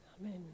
Amen